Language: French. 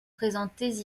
présentés